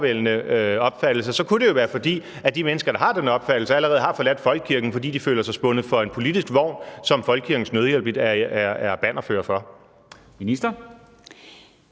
opfattelse, kunne det jo være, fordi de mennesker, der har den opfattelse, allerede har forladt folkekirken, fordi de føler sig spændt for en politisk vogn, som Folkekirkens Nødhjælp er bannerfører for. Kl.